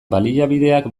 baliabideak